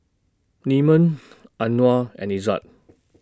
Leman Anuar and Izzat